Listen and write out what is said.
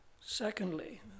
Secondly